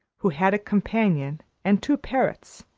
who had a companion, and two parrots,